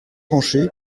pancher